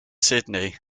sydney